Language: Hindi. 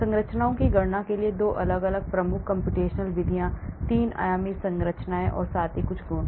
संरचनाओं की गणना के लिए 2 अलग अलग प्रमुख कम्प्यूटेशनल विधियां हैं 3 आयामी संरचनाएं और साथ ही कुछ गुण